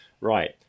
right